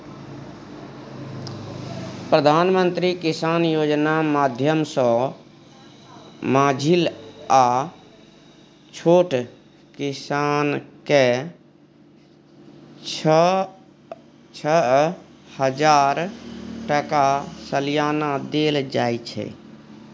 प्रधानमंत्री किसान योजना माध्यमसँ माँझिल आ छोट किसानकेँ छअ हजार टका सलियाना देल जाइ छै